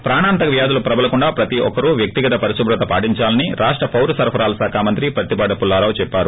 ప్రాణాంతక వ్యాధులు ప్రబలకుండా ప్రతి ఒక్కరు వ్యక్తిగత పరిశుభ్రత పాటిందాలని రాష్ట పౌర సరఫరాల శాఖ మంత్రి ప్రత్తిపాటి పుల్లారావు చెప్పారు